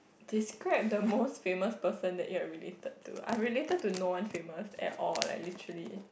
describe the most famous person that you are related to I'm related to no one famous at all like literally